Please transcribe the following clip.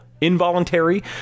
involuntary